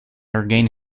regain